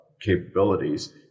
capabilities